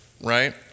right